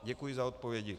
Děkuji za odpovědi.